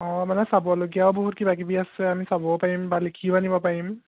অঁ মানে চাবলগীয়াও বহুত কিবা কিবি আছে আমি চাবও পাৰিম বা লিখিও আনিব পাৰিম